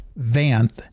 Vanth